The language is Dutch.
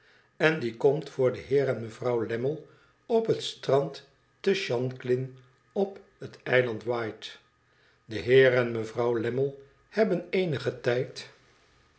en die komt voor den heer en mevrouw lammie op het strand te shanklin op het eiland wight de heer en mevrouw lammie hebben eenigen tijd